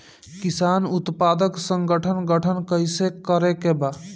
किसान उत्पादक संगठन गठन कैसे करके बा?